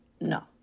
no